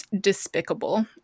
despicable